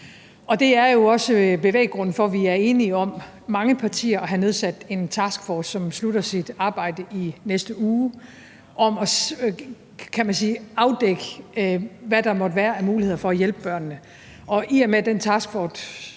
op. Det er jo også bevæggrunden for, at vi er mange partier, der har været enige om at nedsætte en taskforce, som slutter sit arbejde i næste uge for at afdække, hvad der måtte være af muligheder for at hjælpe børnene. I og med at den taskforce